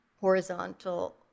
horizontal